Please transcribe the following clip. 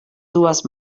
dues